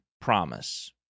promise